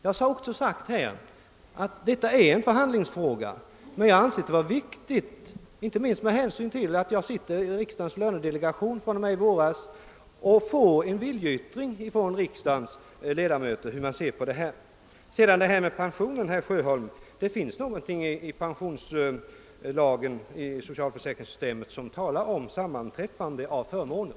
Jag har också sagt att detta är en förhandlingsfråga, men saken finner jag viktig inte minst med hänsyn till att jag sedan i våras sitter med i riksdagens lönedelegation och sålunda kan få en viljeyttring från riksdagens ledamöter om hur de ser på denna sak. Vad slutligen pensionsfrågan angår, herr Sjöholm, så finns det något i vårt socialförsäkringssystem som talar om sammanträffande av förmåner.